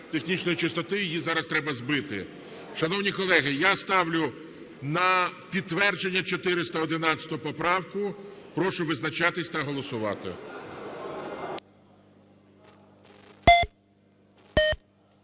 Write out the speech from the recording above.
технічної чистоти її зараз треба збити. Шановні колеги, я ставлю на підтвердження 411 поправку. Прошу визначатись та голосувати.